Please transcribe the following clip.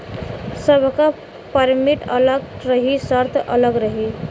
सबकर परमिट अलग रही सर्त अलग रही